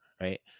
right